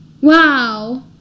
Wow